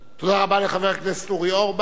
תודה רבה לחבר הכנסת אורי אורבך.